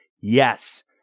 yes